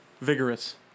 Vigorous